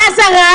באזהרה.